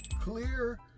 Clear